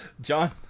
John